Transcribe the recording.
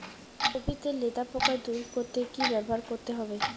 Copy তে লেদা পোকা দূর করতে কি ব্যবহার করতে হবে?